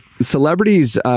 celebrities